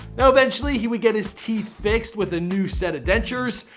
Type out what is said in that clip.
eventually he would get his teeth fixed with a new set of dentures.